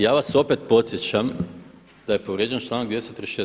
Ja vas opet podsjećam da je povrijeđen članak 236.